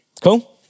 Cool